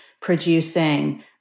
producing